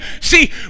See